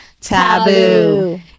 taboo